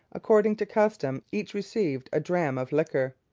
according to custom, each received a dram of liquor.